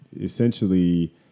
Essentially